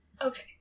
Okay